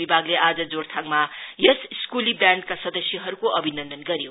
विभागले आज जोर्थाङमा यस स्कूली व्यान्डका सदस्यहरूको अभिनन्दन गर्यो